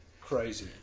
Crazy